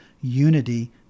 unity